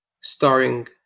Starring